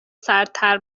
سردتر